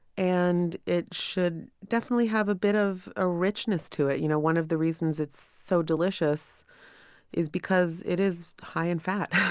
and it should definitely have a bit of a richness to it you know, one of the reasons it's so delicious is because it is high in fat,